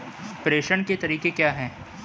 प्रेषण के तरीके क्या हैं?